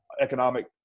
economic